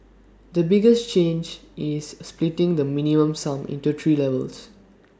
the biggest change is splitting the minimum sum into three levels